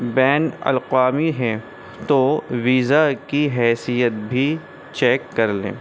بین اللاقوامی ہے تو ویزا کی حیثیت بھی چیک کر لیں